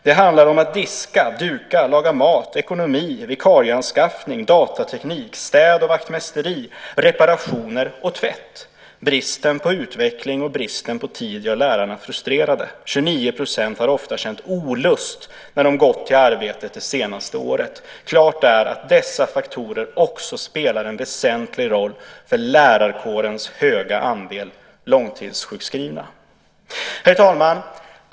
Det handlar om att diska, duka, laga mat, ekonomi, vikarieanskaffning, datateknik, städning och vaktmästeri, reparationer och tvätt. Bristen på utveckling och bristen på tid gör lärarna frustrerade. 29 % har ofta känt olust när de har gått till arbetet det senaste året. Klart är att dessa faktorer också spelar en väsentlig roll för lärarkårens höga andel långtidssjukskrivna. Herr talman!